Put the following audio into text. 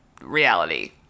reality